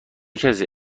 کسی